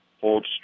holds